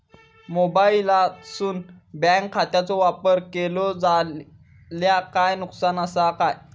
मोबाईलातसून बँक खात्याचो वापर केलो जाल्या काय नुकसान असा काय?